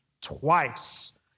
twice